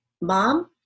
mom